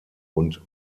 und